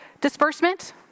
disbursement